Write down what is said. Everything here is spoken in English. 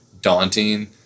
daunting